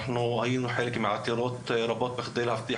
היינו חלק מהעתירות רבות בכדי להבטיח